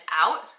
out